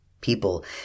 people